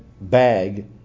bag